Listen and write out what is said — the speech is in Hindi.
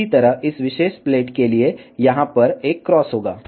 इसी तरह इस विशेष प्लेट के लिए यहाँ पर एक क्रॉस होगा